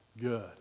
good